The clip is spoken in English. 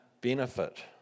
benefit